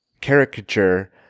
caricature